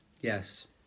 Yes